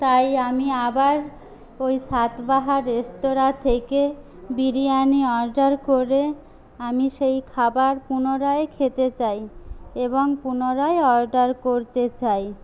তাই আমি আবার ওই স্বাদবাহার রেস্তরাঁ থেকে বিরিয়ানি অর্ডার করে আমি সেই খাবার পুনরায় খেতে চাই এবং পুনরায় অর্ডার করতে চাই